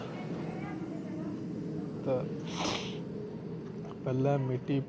ते पैह्ले मिट्टी